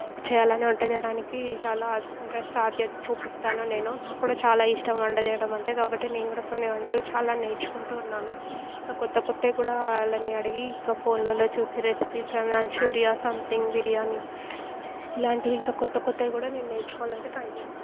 చేయాలని వంట చేయడానికి చాలా ఇంట్రెస్ట్ చూపిస్తాను నేను నాకు కూడా చాలా ఇష్టం వంట చేయడం అంటే కాబట్టి నేను కూడా కొన్ని వంటలు చాలా నేర్చుకుంటూ ఉన్నాను ఇంకా క్రొత్త క్రొత్తవి కూడా వాళ్ళని అడిగి ఇంకా ఫోన్లలో చూసి రెసిపీస్ మంచూరియా సంథింగ్ బిర్యానీ ఇలాంటివి ఇంకా క్రొత్త క్రొత్తవి కూడా నేను నేర్చుకోవడానికి ట్రై చేస్తాను